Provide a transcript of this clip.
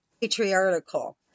patriarchal